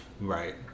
Right